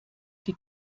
die